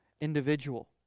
individual